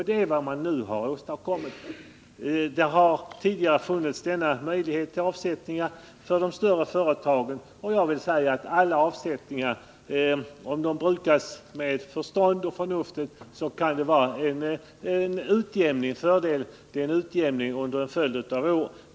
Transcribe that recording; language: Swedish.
Det är ju vad man nu åstadkommer. Tidigare har det för de större företagen funnits de här möjligheterna till avsättning. Vid alla avsättningar, om de används förnuftigt, kan det vara fördelaktigt med en utjämning under en följd av år.